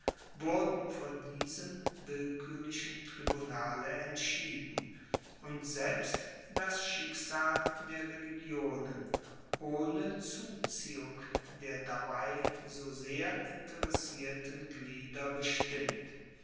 wurden vor diesem willkürlichen tribunale entschieden und selbst das schicksal der religionen ohne zuziehung der dabei so sehr interessierten glieder bestimmt